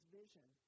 vision